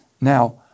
now